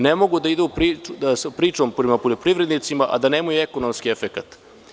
Ne mogu da idu sa pričom prema poljoprivrednicima, a da nemaju ekonomski efekat.